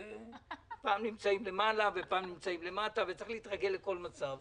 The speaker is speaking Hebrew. וצריך להתרגל לכל מצב.